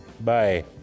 Bye